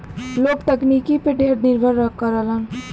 लोग तकनीकी पे ढेर निर्भर करलन